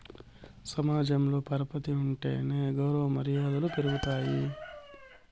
సమాజంలో పరపతి ఉంటేనే గౌరవ మర్యాదలు పెరుగుతాయి